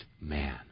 man